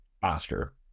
faster